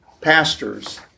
pastors